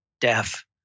deaf